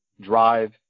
drive –